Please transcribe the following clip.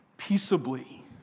Peaceably